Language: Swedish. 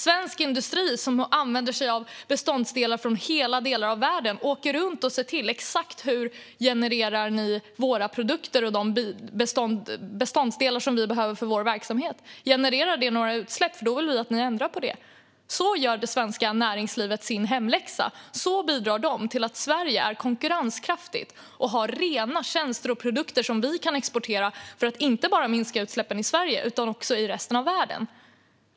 Svensk industri, som använder sig av beståndsdelar från hela världen, åker runt och frågar: Genererar de produkter och de beståndsdelar som vi behöver för vår verksamhet några utsläpp? I så fall vill vi att ni ändrar på det. Så gör det svenska näringslivet sin hemläxa. Så bidrar de till att Sverige är konkurrenskraftigt och har rena tjänster och produkter som kan exporteras. Det är inte för att minska utsläppen bara i Sverige utan också i resten av världen.